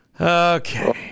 Okay